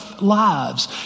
lives